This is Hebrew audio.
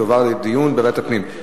תועבר לדיון בוועדת הפנים.